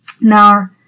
Now